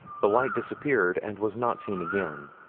the light disappeared, and was not seen again.